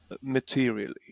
materially